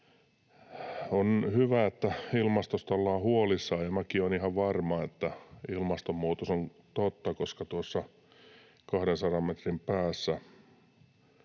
On hyvä, että ilmastosta ollaan huolissaan, ja minäkin olen ihan varma, että ilmastonmuutos on totta, koska tuossa 200 metrin päässä